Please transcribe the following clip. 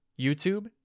YouTube